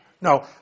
No